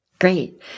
Great